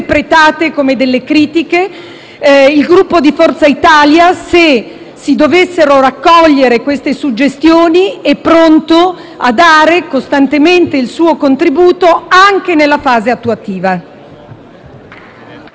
Il Gruppo Forza Italia, se si dovessero raccogliere queste suggestioni, è pronto a dare costantemente il suo contributo, anche nella fase attuativa.